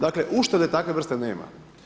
Dakle, uštede takve vrste nema.